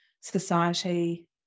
society